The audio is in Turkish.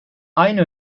aynı